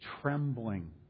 trembling